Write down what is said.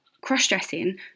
cross-dressing